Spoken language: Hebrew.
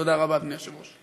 תודה רבה, אדוני היושב-ראש.